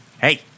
Hey